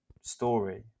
story